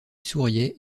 souriait